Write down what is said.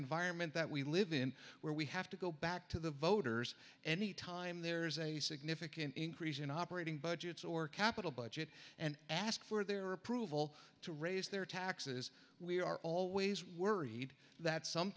environment that we live in where we have to go back to the voters any time there is a significant increase in operating budgets or capital budget and ask for their approval to raise their taxes we are always worried that some